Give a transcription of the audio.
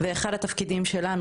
אז אחד מהתפקידים שלנו,